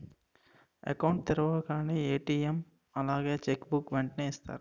Account తెరవగానే ATM అలాగే cheque book వెంటనే ఇస్తారా?